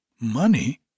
Money